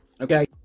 okay